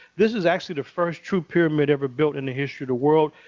this is actually the first true pyramid ever built in the history of the world.